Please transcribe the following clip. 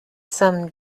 some